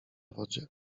wodzie